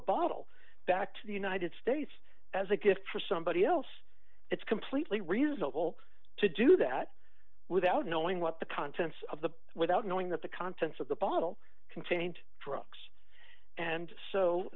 a bottle back to the united states as a gift for somebody else it's completely reasonable to do that without knowing what the contents of the without knowing that the contents of the bottle contained drugs and so